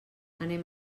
anem